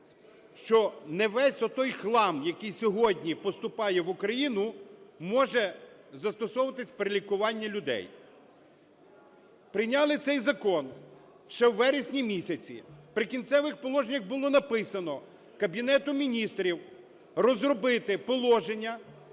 що не весь отой хлам, який сьогодні поступає в Україну, може застосовуватися при лікуванні людей. Прийняли цей закон ще у вересні місяці, в "Прикінцевих положеннях" було написано: Кабінету Міністрів розробити положення,